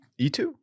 E2